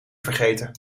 vergeten